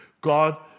God